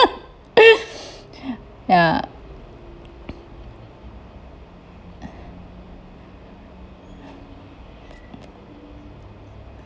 ya